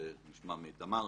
על זה נשמע מאיתמר,